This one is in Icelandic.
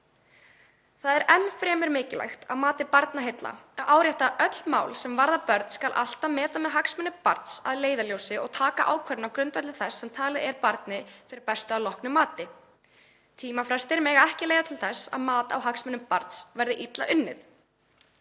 Það er enn fremur mikilvægt að mati Barnaheilla að árétta að öll mál sem varða börn skal alltaf meta með hagsmuni barns að leiðarljósi og taka ákvörðun á grundvelli þess sem talið er barni fyrir bestu að loknu mati. Tímafrestir mega ekki leiða til þess að mat á hagsmunum barns verði illa unnið.“